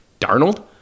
Darnold